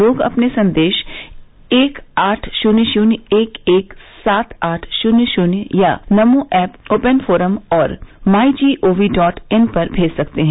लोग अपने संदेश एक आठ शून्य शून्य एक एक सात आठ शून्य शून्य या नमो एप ओपन फोरम और my G O V dot in पर भेज सकते हैं